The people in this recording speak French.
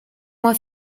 moi